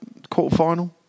quarterfinal